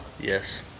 Yes